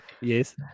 yes